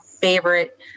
favorite